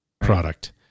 product